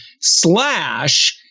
slash